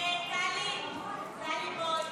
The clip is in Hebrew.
תודה, אדוני היושב בראש.